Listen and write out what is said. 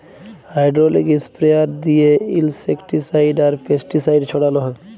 hydraulic sprayer দিঁয়ে insecticide আর pesticide ছড়াল হ্যয়